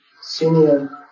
senior